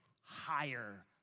higher